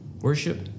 worship